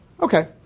Okay